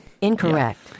Incorrect